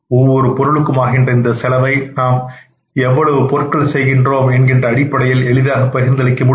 ஒவ்வொரு பொருளுக்கும் ஆகின்ற இந்த செலவை நாம் எவ்வளவு பொருட்கள் செய்கின்றோம் என்கின்ற அடிப்படையில் எளிதாக பகிர்ந்தளிக்க முடியும்